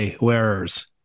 wearers